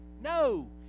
No